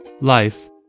life